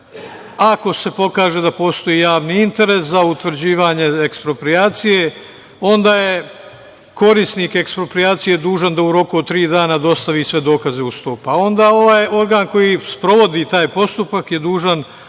ako se pokaže da postoji javni interes za utvrđivanje eksproprijacije, onda je korisnik eksproprijacije dužan da u roku od tri dana dostavi sve dokaze uz to, pa onda ovaj organ koji sprovodi taj postupak je dužan